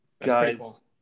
Guys